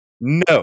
No